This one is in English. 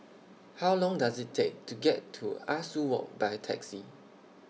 How Long Does IT Take to get to Ah Soo Walk By Taxi